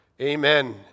amen